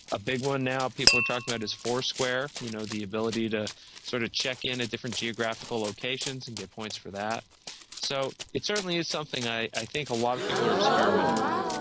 a big one now, people talking about is four square, you know, the ability to sort of check in at different geographical locations and get points for that so it certainly is something i think a lot of people are experimenting with.